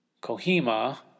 Kohima